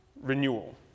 renewal